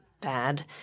bad